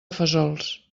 fesols